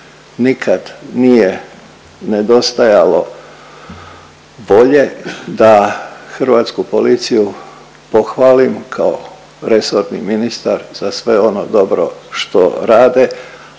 nikad nije nedostajalo volje da hrvatsku policiju pohvalim kao resorni ministar za sve ono dobro što rade,